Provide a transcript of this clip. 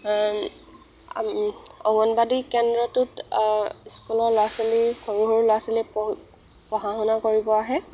অংগনবাদী কেন্দ্ৰটোত স্কুলৰ ল'ৰা ছোৱালী সৰু সৰু ল'ৰা ছোৱালীয়ে পঢ় পঢ়া শুনা কৰিব আহে